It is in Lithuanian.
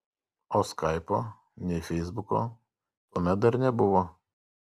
o skaipo nei feisbuko tuomet dar nebuvo